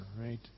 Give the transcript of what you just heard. right